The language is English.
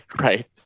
Right